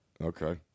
Okay